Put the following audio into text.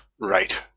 Right